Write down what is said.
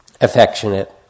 Affectionate